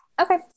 Okay